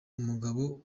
umugabo